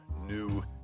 new